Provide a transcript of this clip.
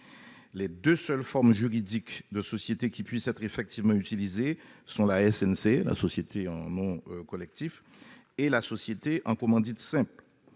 les deux seules formes juridiques de sociétés qui puissent être effectivement utilisées sont la société en nom collectif (SNC) et la société en commandite simple